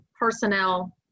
personnel